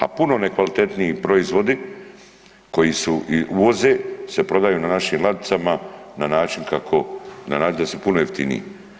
A puno nekvalitetniji proizvodi koji se uvoze se prodaju na našim ladicama na način, na način da su puno jeftiniji.